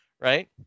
right